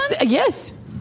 Yes